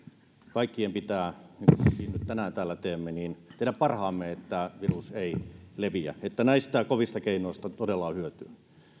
kaikkien pitää niin kuin mekin nyt tänään täällä teemme tehdä parhaamme että virus ei leviä että näistä kovista keinoista todella on hyötyä